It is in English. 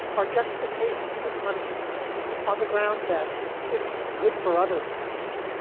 are justifications for punishment on the grounds that it's good for other reasons